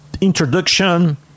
introduction